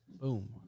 Boom